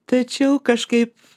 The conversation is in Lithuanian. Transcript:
tačiau kažkaip